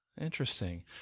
Interesting